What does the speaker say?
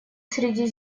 среди